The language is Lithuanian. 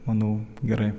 manau gerai